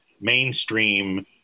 mainstream